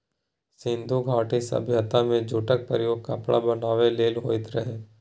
सिंधु घाटी सभ्यता मे जुटक प्रयोग कपड़ा बनाबै लेल होइत रहय